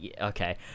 Okay